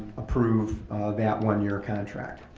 approve that one year contract.